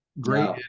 great